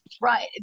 Right